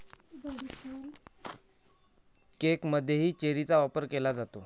केकमध्येही चेरीचा वापर केला जातो